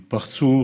התפרצו,